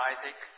Isaac